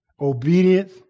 obedience